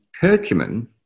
curcumin